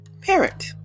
parent